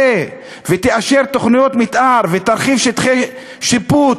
ותאשר תוכניות מתאר ותרחיב שטחי שיפוט